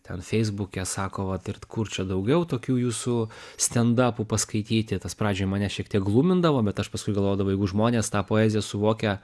ten feisbuke sako vat ir kur čia daugiau tokių jūsų stendapų paskaityti tas pradžioj mane šiek tiek glumindavo bet aš paskui galvodavau jeigu žmonės tą poeziją suvokia